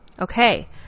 Okay